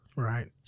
Right